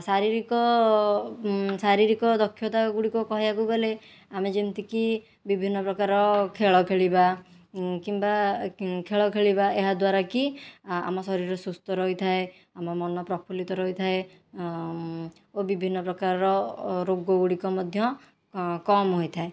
ଶାରୀରିକ ଶାରୀରିକ ଦକ୍ଷତା ଗୁଡ଼ିକ କହିବାକୁ ଗଲେ ଆମେ ଯେମିତି କି ବିଭିନ୍ନ ପ୍ରକାର ଖେଳ ଖେଳିବା କିମ୍ବା ଖେଳ ଖେଳିବା ଏହା ଦ୍ଵାରାକି ଆମ ଶରୀର ସୁସ୍ଥ ରହିଥାଏ ଆମ ମନ ପ୍ରଫୁଲ୍ଲିତ ରହିଥାଏ ଓ ବିଭିନ୍ନ ପ୍ରକାରର ରୋଗ ଗୁଡ଼ିକ ମଧ୍ୟ କମ ହୋଇଥାଏ